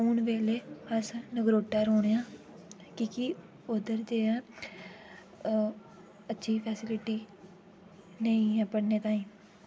हुन ते अस नगरोटे रौह्ने आं क्युोंकि उध्दर जे ऐ अच्छी फैसिलिटी नेईं ऐ पढ़ने ताईं